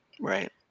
right